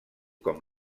com